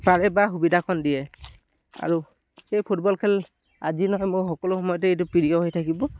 পাৰে বা সুবিধাকণ দিয়ে আৰু সেই ফুটবল খেল আজি নহয় মই সকলো সময়তেই এইটো প্ৰিয় হৈ থাকিব